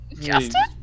Justin